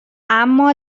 اما